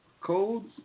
codes